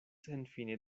senfine